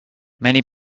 many